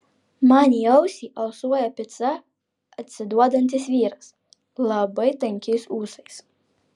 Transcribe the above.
man į ausį alsuoja pica atsiduodantis vyras labai tankiais ūsais